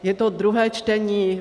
Je to druhé čtení.